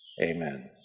Amen